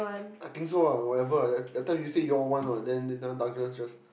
I think so ah wherever ah that that time you all say you all want [what] then that time Douglas just